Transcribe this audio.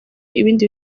ibindi